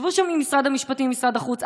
ישבו שם ממשרד המשפטים וממשרד החוץ,